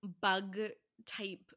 bug-type